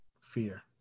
fear